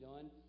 done